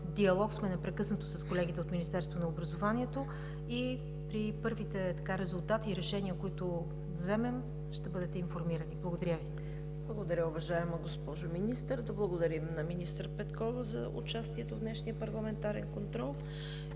диалог сме непрекъснато с колегите от Министерството на образованието и при първите резултати и решения, които вземем, ще бъдете информирани. Благодаря Ви. ПРЕДСЕДАТЕЛ ЦВЕТА КАРАЯНЧЕВА: Благодаря, уважаема госпожо Министър. Да благодарим на министър Петкова за участието в днешния парламентарен контрол.